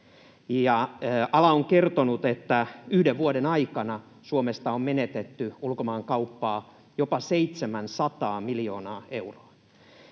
Ala on kertonut, että yhden vuoden aikana Suomesta on menetetty ulkomaankauppaa jopa 700 miljoonaa euroa.